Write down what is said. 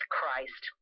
Christ